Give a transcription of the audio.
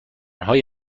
های